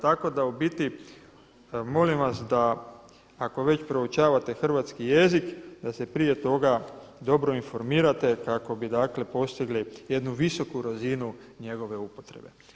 Tako da u biti molim vas ako već proučavate hrvatski jezik da se prije toga dobro informirate kako bi dakle postigli jednu visoku razinu njegove upotrebe.